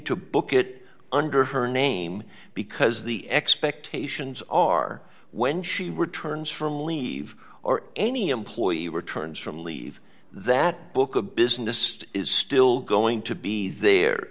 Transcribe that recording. to book it under her name because the expectations are when she returns from leave or any employee returns from leave that book a business to is still going to be the